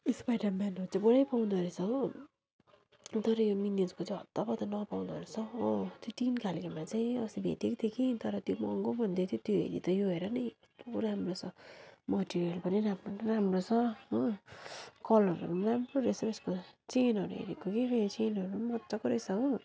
स्पाइडरम्यानहरू चाहिँ पुरै पाउँदो रहेछ हो तर यो मिन्यन्सको चाहिँ हत्तपत्त नापाउँदो रहेछ हौ हो त्यो टिन खालकोमा चाहिँ अस्ति भेटेको थिएँ कि तर त्यो महँगो भन्दैथ्यो तर त्यो हेरी त यो हेर न इ कस्तो राम्रो छ मेटिरियल पनि राम्रो न राम्रो छ हो कलरहरू पनि राम्रो रहेछहौ यसको त चेनहरू हेरेको कि चेनहरू पनि मजाको रहेछ हो